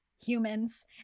humans